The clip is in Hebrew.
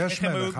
יש מלך.